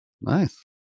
nice